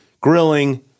grilling